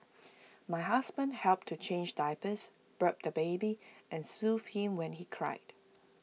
my husband helped to change diapers burp the baby and soothe him when he cried